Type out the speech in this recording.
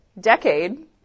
decade